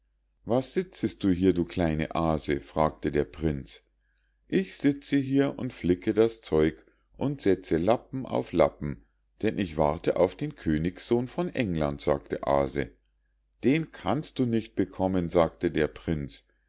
was sitzest du hier du kleine aase fragte der prinz ich sitze hier und flicke das zeug und setze lappen auf lappen denn ich warte auf den königssohn von england sagte aase den kannst du nicht bekommen sagte der prinz